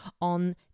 on